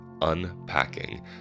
unpacking